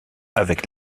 avec